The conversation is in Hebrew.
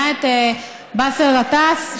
היה את באסל גטאס,